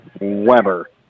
Weber